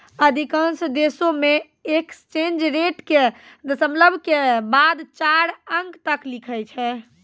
अधिकांश देशों मे एक्सचेंज रेट के दशमलव के बाद चार अंक तक लिखै छै